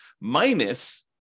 minus